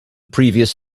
previous